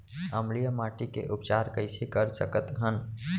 अम्लीय माटी के उपचार कइसे कर सकत हन?